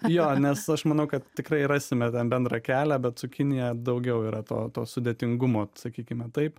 jo nes aš manau kad tikrai rasime ten bendrą kelią bet su kinija daugiau yra to to sudėtingumo sakykime taip